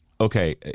Okay